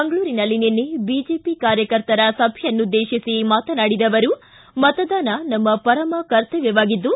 ಮಂಗಳೂರಿನಲ್ಲಿ ನಿನ್ನೆ ಬಿಜೆಪಿ ಕಾರ್ಯಕರ್ತರ ಸಭೆಯನ್ನುದ್ದೇಶಿಸಿ ಮಾತನಾಡಿದ ಅವರು ಮತದಾನ ನಮ್ಮ ಪರಮ ಕರ್ತವ್ಣವಾಗಿದ್ದು